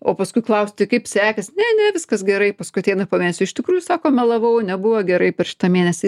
o paskui klausi tai kaip sekėsi ne viskas gerai paskui ateina po mėnesio iš tikrųjų sako melavau nebuvo gerai per šitą mėnesį